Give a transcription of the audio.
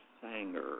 Sanger